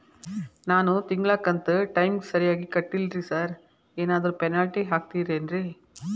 ನಾನು ತಿಂಗ್ಳ ಕಂತ್ ಟೈಮಿಗ್ ಸರಿಗೆ ಕಟ್ಟಿಲ್ರಿ ಸಾರ್ ಏನಾದ್ರು ಪೆನಾಲ್ಟಿ ಹಾಕ್ತಿರೆನ್ರಿ?